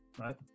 right